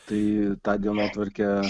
tai tą dienotvarkę